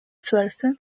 zwölften